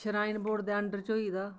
shrine board दे under च होई दा